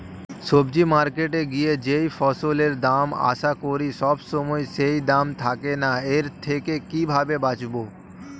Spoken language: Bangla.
সবজি মার্কেটে গিয়ে যেই ফসলের দাম আশা করি সবসময় সেই দাম থাকে না এর থেকে কিভাবে বাঁচাবো?